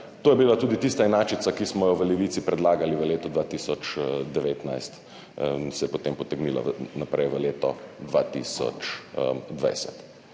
To je bila tudi tista inačica, ki smo jo v Levici predlagali v letu 2019 in se je potem potegnila naprej v leto 2020.